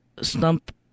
stump